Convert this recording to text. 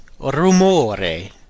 Rumore